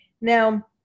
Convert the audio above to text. Now